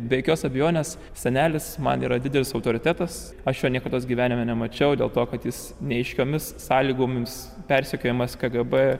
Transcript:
be jokios abejonės senelis man yra didelis autoritetas aš jo niekados gyvenime nemačiau dėl to kad jis neaiškiomis sąlygomis persekiojamas kgb